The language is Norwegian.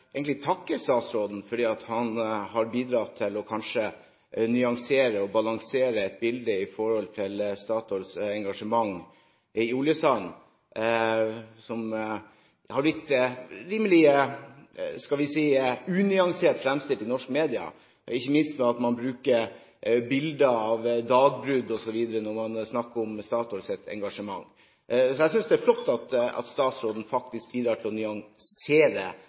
egentlig takke statsråden for at han har bidratt til kanskje å nyansere og balansere et bilde av Statoils engasjement i oljesand, som har blitt rimelig – skal vi si – unyansert fremstilt i norske medier, ikke minst ved at man bruker bilder av dagbrudd osv. når man snakker om Statoils engasjement. Så jeg synes det er flott at statsråden faktisk bidrar til å nyansere et bilde som ikke fremstilles helt bra. Det